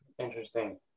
interesting